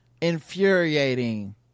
infuriating